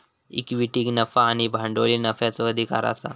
इक्विटीक नफा आणि भांडवली नफ्याचो अधिकार आसा